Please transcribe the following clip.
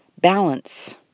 balance